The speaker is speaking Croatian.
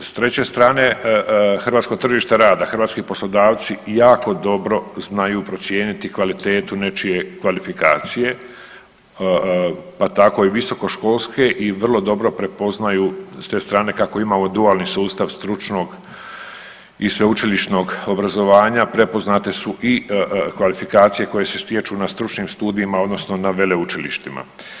S treće strane hrvatsko tržište rada, hrvatski poslodavci jako dobro znaju procijeniti kvalitetu nečije kvalifikacije, pa tako i visokoškolske i vrlo dobro prepoznaju s te strane kako imamo dualni sustav stručnog i sveučilišnog obrazovanja prepoznate su i kvalifikacije koje se stječu na stručnim studijima odnosno na veleučilištima.